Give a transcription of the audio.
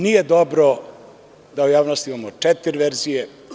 Nije dobro da u javnosti imamo četiri verzije.